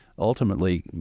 ultimately